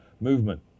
Movement